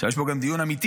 יש פה גם דיון אמיתי.